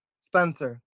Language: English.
Spencer